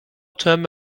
czem